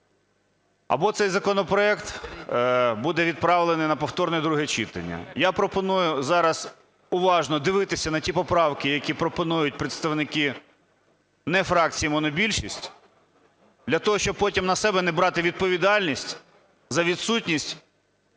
або цей законопроект буде відправлений на повторне друге читання. Я пропоную зараз уважно дивитися на ті поправки, які пропонують представники не фракції монобільшості, для того, щоб потім на себе не брати відповідальність за відсутність